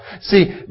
See